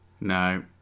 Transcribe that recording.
No